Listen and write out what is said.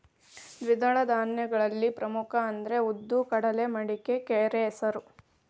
ದ್ವಿದಳ ಧಾನ್ಯಗಳಲ್ಲಿ ಪ್ರಮುಖ ಅಂದ್ರ ಉದ್ದು, ಕಡಲೆ, ಮಡಿಕೆ, ಕರೆಹೆಸರು